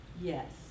yes